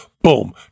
Boom